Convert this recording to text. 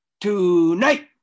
tonight